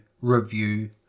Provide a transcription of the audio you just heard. review